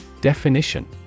Definition